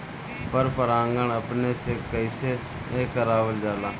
पर परागण अपने से कइसे करावल जाला?